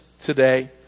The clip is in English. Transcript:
today